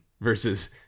versus